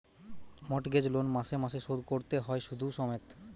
mortgage loan মাসে মাসে শোধ কোরতে হয় শুধ সমেত